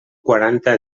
quaranta